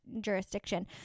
jurisdiction